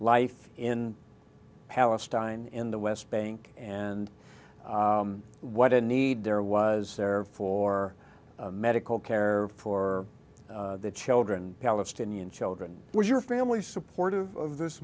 life in palestine in the west bank and what a need there was there for medical care for the children palestinian children were your family supportive of this